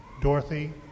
Dorothy